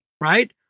right